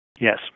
Yes